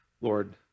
Lord